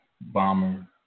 bomber